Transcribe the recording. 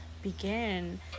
begin